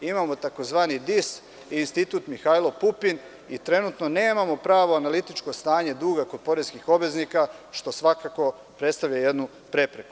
Imamo tzv. DIS i Institut „Mihailo Pupin“ i trenutno nemamo pravo analitičko stanje duga kod poreskih obveznika, što predstavlja jednu prepreku.